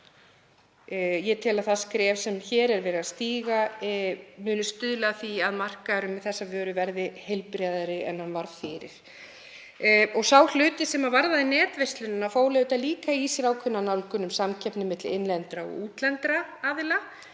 Ég tel að það skref sem hér er verið að stíga muni stuðla að því að markaðurinn með þessar vörur verði heilbrigðari en hann var fyrir. Sá hluti sem varðaði netverslunina fól auðvitað líka í sér ákveðna nálgun um samkeppni milli innlendra og erlendra aðila,